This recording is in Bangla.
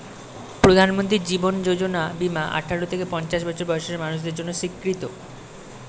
প্রধানমন্ত্রী জীবন যোজনা বীমা আঠারো থেকে পঞ্চাশ বছর বয়সের মানুষদের জন্য স্বীকৃত